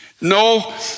No